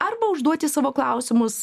arba užduoti savo klausimus